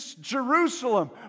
Jerusalem